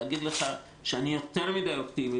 להגיד לך שאני יותר מדי אופטימי?